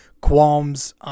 qualms